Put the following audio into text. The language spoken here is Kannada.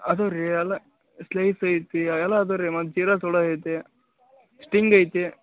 ಅದಾವೆ ರೀ ಅಲ್ಲ ಸ್ಲೈಸ್ ಐತಿ ಹಾಂ ಎಲ್ಲ ಅದಾವೆ ರಿ ಮತ್ತು ಜೀರಾ ಸೋಡಾ ಐತೆ ಸ್ಟಿಂಗ್ ಐತಿ